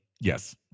yes